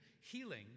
healing